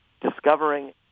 discovering